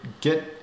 get